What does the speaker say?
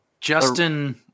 Justin